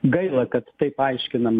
gaila kad taip aiškinama